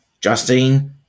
Justine